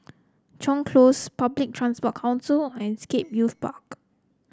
Chuan Close Public Transport Council and Scape Youth Park